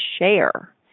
share